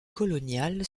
colonial